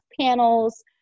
panels